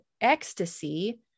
ecstasy